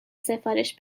سفارش